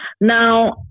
Now